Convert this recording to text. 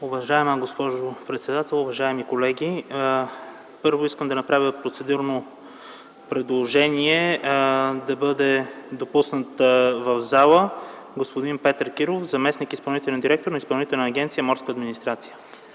Уважаема госпожо председател, уважаеми колеги! Първо искам да направя процедурно предложение да бъде допуснат в пленарната зала господин Петър Киров – заместник изпълнителен директор на Изпълнителна агенция „Морска администрация”.